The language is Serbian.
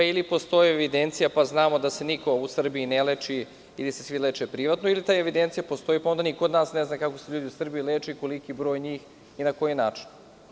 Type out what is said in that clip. Ili postoji evidencija pa znamo da se niko u Srbiji ne leči, ili se svi leče privatno, ili ta evidencija postoji pa onda niko od nas ne zna kako se ti ljudi u Srbiji leče, koliki je njihov broj i na koji način?